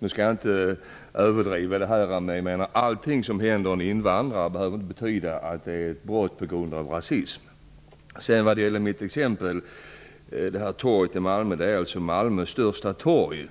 Jag skall inte överdriva, men allting som händer en invandrare behöver inte betyda att ett brott begåtts på grund av rasism. Vad sedan gäller det exempel som jag tidigare anförde vill jag säga att nämnda torg är Malmös största torg.